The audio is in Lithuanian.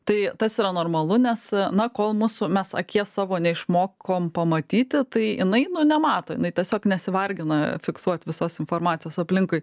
tai tas yra normalu nes na kol mūsų mes akies savo neišmokom pamatyti tai jinai nu nemato jinai tiesiog nesivargina fiksuoti visos informacijos aplinkui